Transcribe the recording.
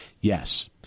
Yes